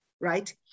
right